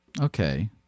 Okay